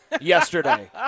yesterday